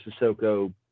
Sissoko